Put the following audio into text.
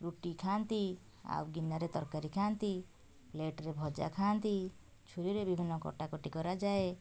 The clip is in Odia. ରୁଟି ଖାଆନ୍ତି ଆଉ ଗିନାରେ ତରକାରୀ ଖାଆନ୍ତି ପ୍ଲେଟରେ ଭଜା ଖାଆନ୍ତି ଛୁରୀରେ ବିଭିନ୍ନ କଟାକଟି କରାଯାଏ